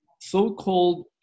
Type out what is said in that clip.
so-called